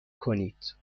کنید